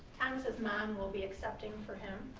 thomas's mom will be accepting for him.